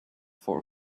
for